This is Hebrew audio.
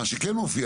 מה שכן מופיע